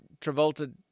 Travolta